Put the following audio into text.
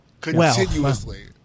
Continuously